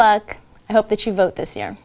luck i hope that you vote this year